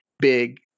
big